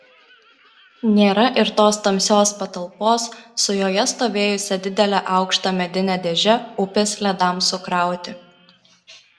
nėra ir tos tamsios patalpos su joje stovėjusia didele aukšta medine dėže upės ledams sukrauti